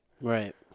Right